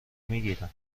میگیرم